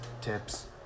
Tips